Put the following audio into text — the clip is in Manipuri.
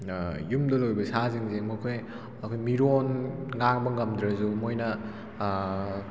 ꯌꯨꯝꯗ ꯂꯣꯏꯕ ꯁꯥꯁꯤꯡꯁꯦ ꯃꯈꯣꯏ ꯑꯩꯈꯣꯏ ꯃꯤꯔꯣꯟ ꯉꯥꯡꯕ ꯉꯝꯗ꯭ꯔꯁꯨ ꯃꯣꯏꯅ